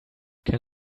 can